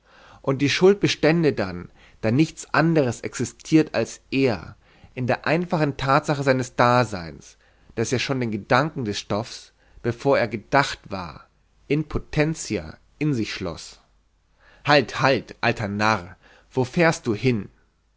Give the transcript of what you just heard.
und die schuld bestände dann da nichts anderes existiert als er in der einfachen tatsache seines daseins das ja schon den gedanken des stoffs bevor er gedacht war in potentia in sich schloß halt halt alter narr wo fährst du hin